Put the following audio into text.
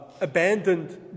abandoned